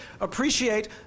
appreciate